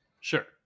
sure